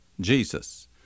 Jesus